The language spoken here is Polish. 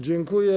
Dziękuję.